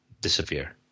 disappear